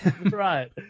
Right